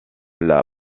l’a